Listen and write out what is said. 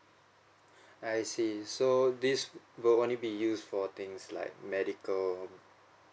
I see so this will only be used for things like medical